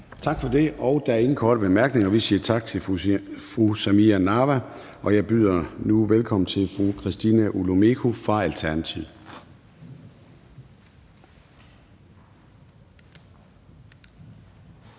Tak for det. Der er ingen korte bemærkninger. Vi siger tak til fru Samira Nawa, og jeg byder nu velkommen til fru Christina Olumeko fra Alternativet.